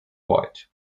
white